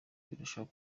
birushaho